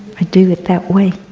i do it that way.